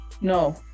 No